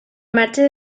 marge